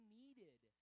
needed